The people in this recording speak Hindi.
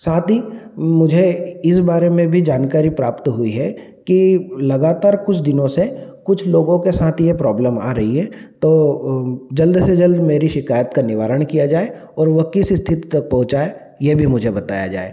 साथ ही मुझे इस बारे में भी जानकारी प्राप्त हुई है कि लगातार कुछ दिनों से कुछ लोगों के साथ यह प्रोब्लम आ रही है तो जल्द से जल्द मेरी शिकायत का निवारण किया जाए और वह किस स्थिति तक पहुँचा है यह भी मुझे बताया जाए